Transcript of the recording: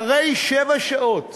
אחרי שבע שעות